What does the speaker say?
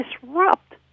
disrupt